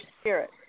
spirit